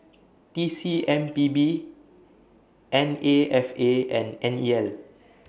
T C M P B N A F A and N E L